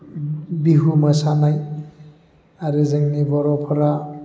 बिहु मोसानाय आरो जोंनि बर'फोरा